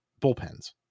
bullpens